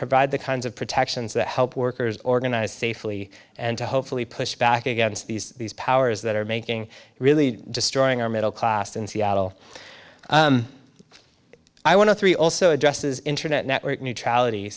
provide the kinds of protections that help workers organize safely and to hopefully push back against these these powers that are making really destroying our middle class in seattle i want to three also addresses internet network neutrality